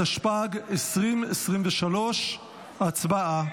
התשפ"ג 2023. הצבעה.